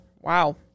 Wow